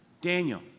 Daniel